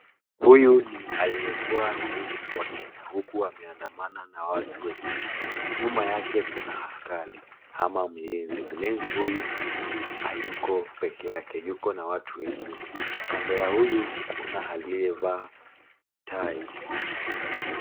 Huyu ni aliyekua rais wa Kenya huku ameandama na watu wengine, nyuma yake kuna askari ama mlinzi, mlinzi huyu hayuko peke yake, yuko na watu wengine, kando ya huyu kuna aliyevaa tai.